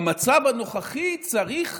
במצב הנוכחי צריך